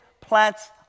plants